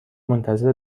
منتظر